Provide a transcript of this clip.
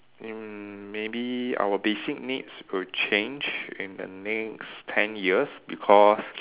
mm maybe our basic needs will change in the next ten years because